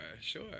Sure